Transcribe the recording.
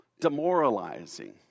demoralizing